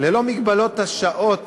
ללא מגבלת השעות